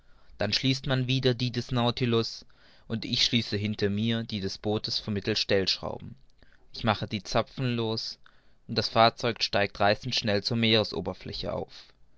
dann schließt man wieder die des nautilus und ich schließe hinter mir die des bootes vermittelst stellschrauben ich mache die zapfen los und das fahrzeug steigt reißend schnell zur meeresoberfläche auf